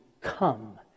come